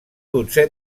dotzè